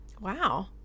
Wow